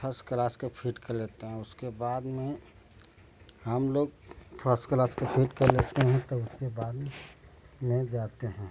first class के फीट कर लेते हैं उसके बाद में हम लोग फर्स्ट क्लास के फीट कर लेते हैं तो उसके बाद में ले जाते हैं